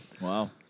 wow